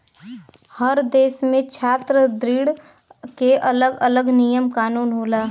हर देस में छात्र ऋण के अलग अलग नियम कानून होला